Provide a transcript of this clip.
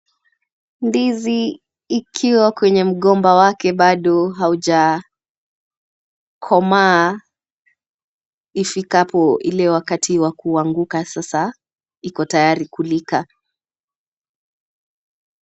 Ndizi ikiwa kwenye mgomba wake bado haujakomaa. Ifikapo ile wakati wa kuanguka sasa iko tayari kulika.